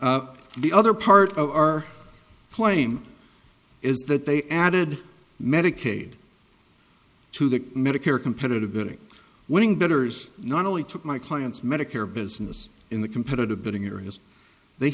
bidding the other part of our claim is that they added medicaid to the medicare competitive bidding winning bidders not only took my clients medicare business in the competitive bidding areas they